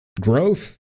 Growth